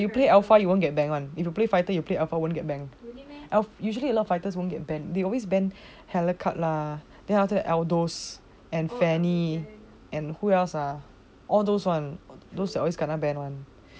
eh but if you play alpha you won't get ban [one] you play fighter you play alpha won't get ban al~ usually a lot of fighters won't get banned they always ban helcurt lah then after that aldous and fanny and who else ah all those [one] those are always kena ban [one]